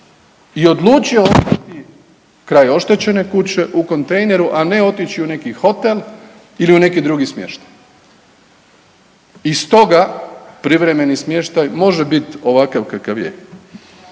i odlučio ostati kraj oštećene kuće u kontejneru, a ne otići u neki hotel ili u neki drugi smještaj. I stoga privremeni smještaj može biti ovakav kakav je,